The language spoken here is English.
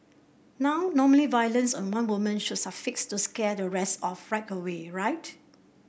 now normally violence on one woman should to scare the rest off right away right